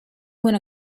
when